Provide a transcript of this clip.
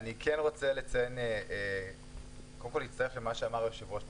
אני רוצה קודם כול להצטרף למה שאמר היושב-ראש,